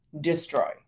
destroy